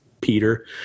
peter